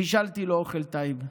בישלתי לו אוכל טעים.